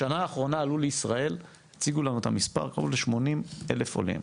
בשנה האחרונה הציגו לנו את המספר קרוב ל-80,000 עולים.